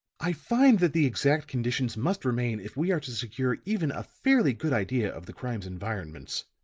i find that the exact conditions must remain if we are to secure even a fairly good idea of the crime's environments,